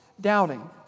doubting